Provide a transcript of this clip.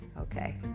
Okay